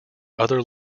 other